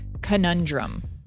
conundrum